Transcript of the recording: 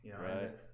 right